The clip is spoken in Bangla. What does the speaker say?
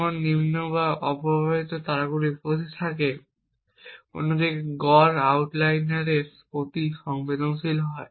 যখন নিম্ন বা অপ্রভাবিত তারগুলি উপস্থিত থাকে অন্যদিকে গড়টি আউটলিয়ারের প্রতি সংবেদনশীল হয়